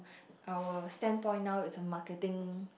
our standpoint now is a marketing